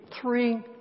three